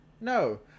No